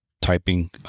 typing